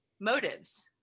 motives